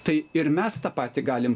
tai ir mes tą patį galim